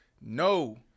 No